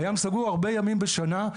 הים סגור הרבה ימים בשנה.